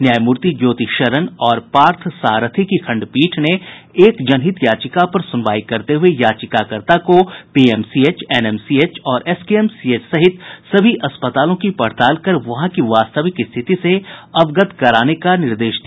न्यायमूर्ति ज्योति शरण और पार्थसारथी की खंडपीठ ने एक जनहित याचिका पर सुनवाई करते हुये याचिकाकर्ता को पीएमसीएच एनएमसीएच और एसकेएमसीएच सहित सभी अस्पतालों की पड़ताल कर वहां की वास्तविक स्थिति से अवगत कराने का निर्देश दिया